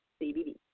CBD